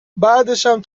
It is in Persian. بعدشم